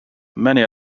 many